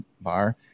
bar